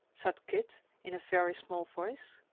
said kit in a very small voice.